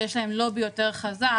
שיש להן לובי יותר חזק,